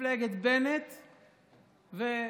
מפלגת בנט וכהנא,